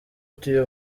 utuye